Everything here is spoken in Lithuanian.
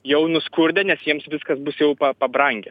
jau nuskurdę nes jiems viskas bus jau pabrangę